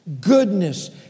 goodness